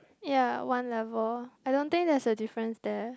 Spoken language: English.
ya one level I don't think there's a difference there